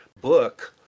book